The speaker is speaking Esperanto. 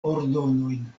ordonojn